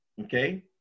Okay